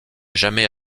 jamais